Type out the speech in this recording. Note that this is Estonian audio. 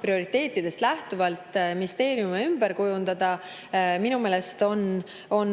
prioriteetidest lähtuvalt ministeeriume ümber kujundada, on minu meelest